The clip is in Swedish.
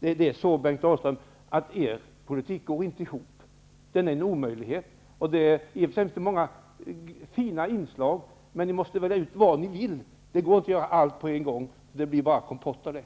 biobränslen. Er politik går inte ihop, Bengt Dalström. Den är en omöjlighet. I och för sig finns det många fina inslag i den, men ni måste välja ut vad ni vill. Det går inte att göra allt på en gång, det blir bara kompott av det.